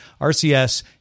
RCS